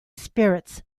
spirits